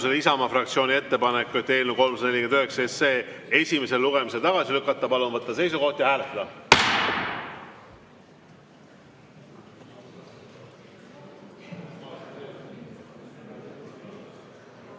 Isamaa fraktsiooni ettepaneku eelnõu 349 esimesel lugemisel tagasi lükata. Palun võtta seisukoht ja hääletada!